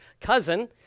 cousin